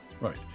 Right